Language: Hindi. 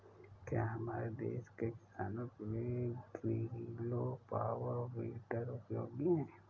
क्या हमारे देश के किसानों के लिए ग्रीलो पावर वीडर उपयोगी है?